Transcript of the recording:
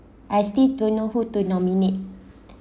I still don't know who to nominate